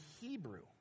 Hebrew